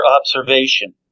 observation